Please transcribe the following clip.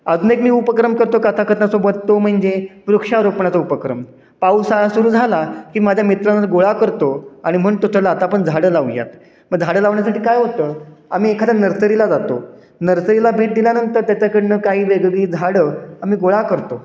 अजून एक मी उपक्रम करतो कथाकथनासोबत तो म्हणजे वृक्षारोपणाचा उपक्रम पावसाळा सुरू झाला की माझ्या मित्रांना गोळा करतो आणि म्हणतो चला आता आपण झाडं लावूयात मग झाडं लावण्यासाठी काय होतं आम्ही एखाद्या नर्सरीला जातो नर्सरीला भेट दिल्यानंतर त्याच्याकडनं काही वेगवेगळी झाडं आम्ही गोळा करतो